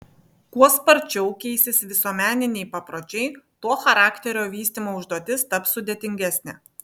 kuo sparčiau keisis visuomeniniai papročiai tuo charakterio vystymo užduotis taps sudėtingesnė